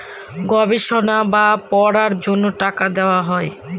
গবেষণা বা পড়ার জন্য টাকা দেওয়া হয়